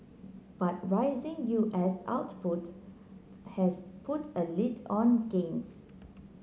but rising U S output has put a lid on gains